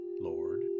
Lord